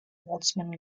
boltzmann